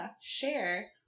share